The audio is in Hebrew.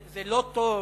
זה לא טוב,